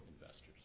investors